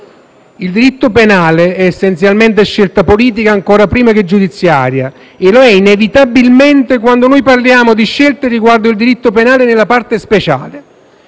Il diritto penale è essenzialmente scelta politica ancora prima che giudiziaria, e lo è inevitabilmente quando noi parliamo di scelte riguardo al diritto penale nella parte speciale,